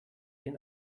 den